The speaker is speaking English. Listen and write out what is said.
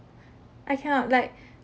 I cannot like